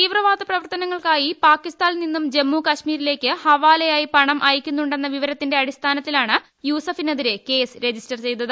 തീവ്രവാദ പ്രവർത്തനങ്ങൾക്കായി പാക്കിസ്ഥാനിൽ നിന്നും ജമ്മു കാശ്മീരിലേക്ക് ഹവാലയായി പണം അയയ്ക്കുന്നുണ്ടെന്ന വിവരത്തിന്റെ അടിസ്ഥാനത്തിലാണ് യൂസഫിനെതിരെ കേസ് രജിസ്റ്റർ ചെയ്തത്